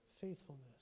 faithfulness